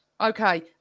Okay